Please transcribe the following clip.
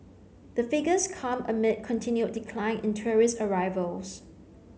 the figures come amid continued decline in tourist arrivals